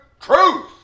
truth